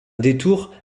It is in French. détour